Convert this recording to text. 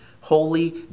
holy